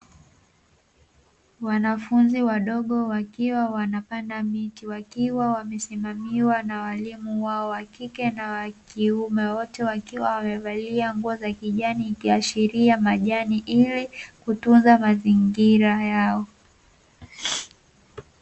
Wanafunzi wadogo wakiwa wanapanda miti, wakiwa wamesimamiwa na waalimu wao wa kike na wa kiume. Wote wakiwa wamevalia nguo za kijani, ikiashiria majani ili kutunza mazingira yao.